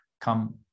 come